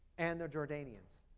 and the jordanians.